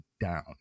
down